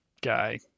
guy